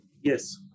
Yes